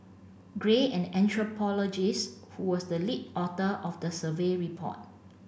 gray an anthropologist who was the lead author of the survey report